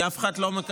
כי אף אחד לא,